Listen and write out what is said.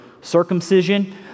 circumcision